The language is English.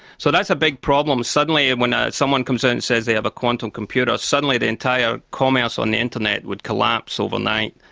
so that's a big problem. suddenly and when ah someone comes in and says they have a quantum computer, suddenly the entire commerce on the internet would collapse overnight.